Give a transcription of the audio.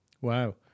Wow